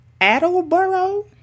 Attleboro